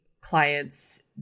clients